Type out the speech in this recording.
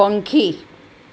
પંખી